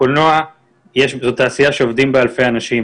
הקולנוע זו תעשייה שעובדים בה אלפי אנשים,